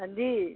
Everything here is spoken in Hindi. हाँ जी